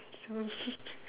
your set